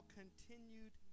continued